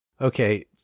Okay